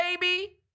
baby